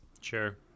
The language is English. sure